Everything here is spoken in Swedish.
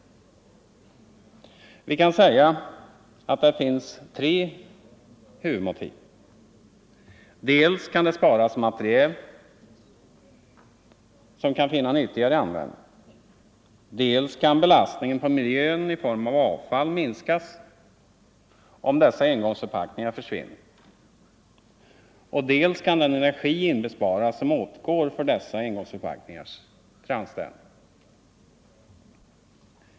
Vi kan säga att det finns tre huvudmotiv. Dels kan det sparas material som kan finna nyttigare användning, dels kan belastningen på miljön i form av avfall minskas, om dessa engångsförpackningar försvinner, dels kan den energi inbesparas som åtgår för dessa engångsförpackningars framställning.